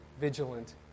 vigilant